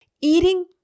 eating